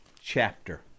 chapter